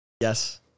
Yes